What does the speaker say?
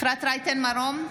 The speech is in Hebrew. אפרת רייטן מרום,